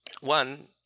One